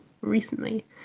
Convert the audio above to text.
recently